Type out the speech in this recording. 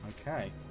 Okay